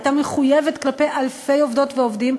הייתה מחויבת כלפי אלפי עובדות ועובדים,